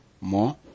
more